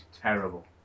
terrible